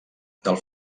del